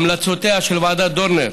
המלצותיה של ועדת דורנר,